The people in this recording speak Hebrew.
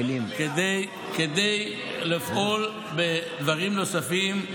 כדי לפעול בדברים נוספים,